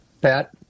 Pat